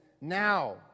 now